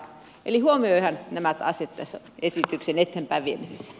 eli huomioidaan nämä asiat tässä esityksen eteenpäinviemisessä